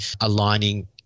aligning